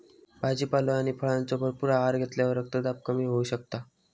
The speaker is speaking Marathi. भाजीपालो आणि फळांचो भरपूर आहार घेतल्यावर रक्तदाब कमी होऊ शकता